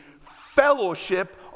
fellowship